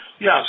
Yes